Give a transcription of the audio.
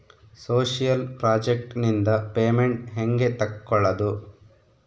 Social project ನಿಂದ payment ಹೆಂಗೆ ತಕ್ಕೊಳ್ಳದು?